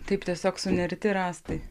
taip tiesiog sunerti rąstai